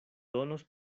donos